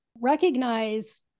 recognize